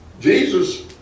Jesus